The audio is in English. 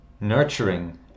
nurturing